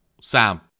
Sam